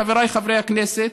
חבריי חברי הכנסת,